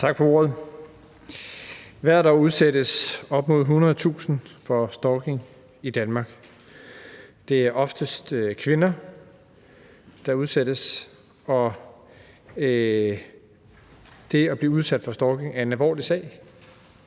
Tak for ordet. Hvert år udsættes op imod 100.000 for stalking i Danmark, og det er oftest kvinder, der udsættes for stalking. Det at blive udsat for stalking er en alvorlig sag,